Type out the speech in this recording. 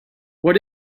what